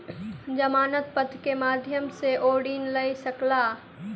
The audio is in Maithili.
जमानत पत्र के माध्यम सॅ ओ ऋण लय सकला